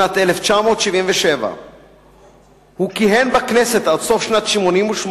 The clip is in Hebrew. שנת 1977. הוא כיהן בכנסת עד סוף שנת 1988,